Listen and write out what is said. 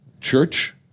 church